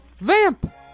Vamp